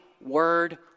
word